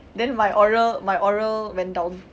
then my oral my oral went down